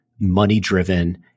money-driven